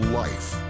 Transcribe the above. life